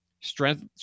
strength